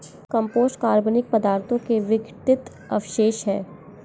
compost कार्बनिक पदार्थों के विघटित अवशेष हैं